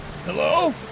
Hello